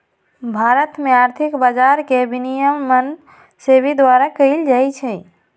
भारत में आर्थिक बजार के विनियमन सेबी द्वारा कएल जाइ छइ